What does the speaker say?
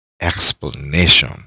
explanation